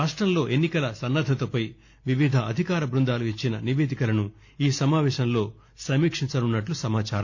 రాష్టంలో ఎన్నికల సన్నద్దతపై వివిధ అధికార బృందాలు ఇచ్చిన నిపేదికలను ఈ సమాపేశాలలో సమీకించనున్నట్లు సమాచారం